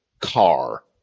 car